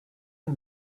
and